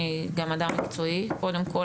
אני גם אדם מקצועי קודם כל,